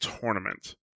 tournament